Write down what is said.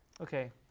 Okay